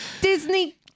Disney